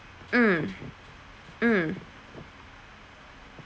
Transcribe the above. mm mm